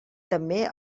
també